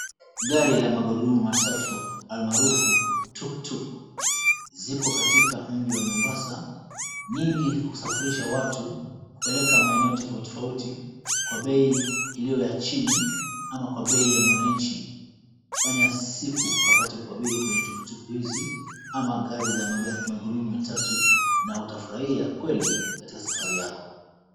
Gari la magurudumu matatu almaarufu tuktuk ziko katika mji wa Mombasa. Nyingi husafirisha watu kupeleka maeneo tofauti tofauti kwa bei ilio ya chini ama kwa bei ya mwananchi kufanya siku ukapata kuabiri kwenye tuktuk hizi ama gari za magurudumu matatu na utafurahia kweli katika safari yako.